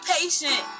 patient